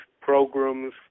programs